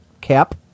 cap